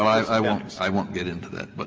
i won't i won't get into that, but